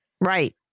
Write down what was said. right